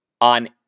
on